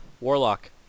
warlock